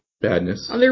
badness